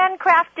handcrafted